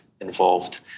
involved